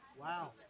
Wow